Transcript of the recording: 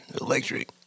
electric